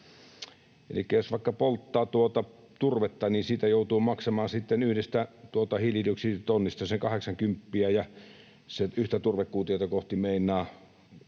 jos vaikka polttaa turvetta, niin siitä joutuu maksamaan yhdestä hiilidioksiditonnista sen kahdeksankymppiä. Yhtä turvekuutiota kohti se meinaa